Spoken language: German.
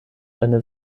eine